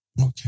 Okay